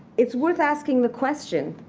it's worth asking the question,